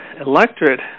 electorate